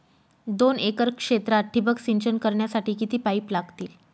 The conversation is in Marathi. दोन एकर क्षेत्रात ठिबक सिंचन करण्यासाठी किती पाईप लागतील?